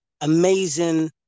amazing